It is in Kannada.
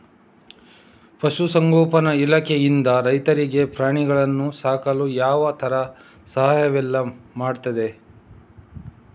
ಪಶುಸಂಗೋಪನೆ ಇಲಾಖೆಯಿಂದ ರೈತರಿಗೆ ಪ್ರಾಣಿಗಳನ್ನು ಸಾಕಲು ಯಾವ ತರದ ಸಹಾಯವೆಲ್ಲ ಮಾಡ್ತದೆ?